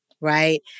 right